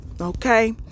Okay